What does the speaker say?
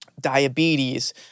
diabetes